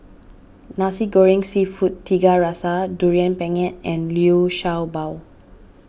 Nasi Goreng Seafood Tiga Rasa Durian Pengat and Liu Sha Bao